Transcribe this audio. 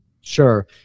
Sure